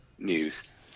news